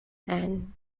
and